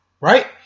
right